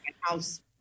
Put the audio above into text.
house